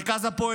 מרכז הפועל,